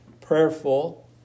prayerful